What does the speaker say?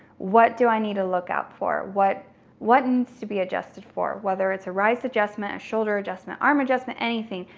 what do i need to look out for what needs and to be adjusted for, whether it's a rise adjustment, a shoulder adjustment, arm adjustment, anything,